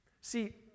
See